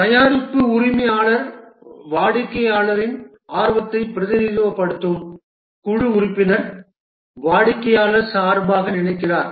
தயாரிப்பு உரிமையாளர் வாடிக்கையாளரின் ஆர்வத்தை பிரதிநிதித்துவப்படுத்தும் குழு உறுப்பினர் வாடிக்கையாளர் சார்பாக நினைக்கிறார்